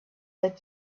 that